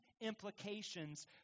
implications